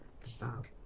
stop